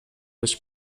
was